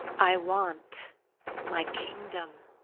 i want my kingdom.